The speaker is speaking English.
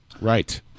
Right